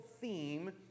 theme